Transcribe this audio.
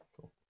Cool